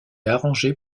arrangé